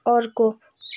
अर्को